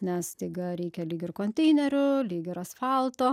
nes staiga reikia lyg ir konteinerių lyg ir asfalto